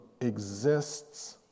exists